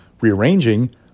rearranging